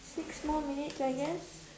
six more minutes I guess